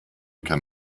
kann